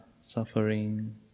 suffering